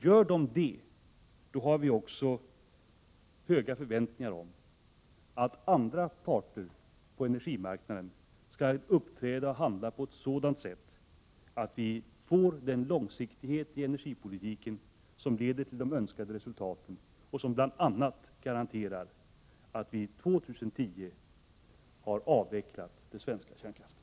Gör de det har vi också stora förväntningar om att andra parter på energimarknaden skall uppträda och handla på ett sådant sätt att vi sammataget får den långsiktighet i energipolitiken som leder till önskade resultat för vår energiförsörjning och som garanterar att vi år 2010 har avvecklat den svenska kärnkraften.